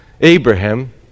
Abraham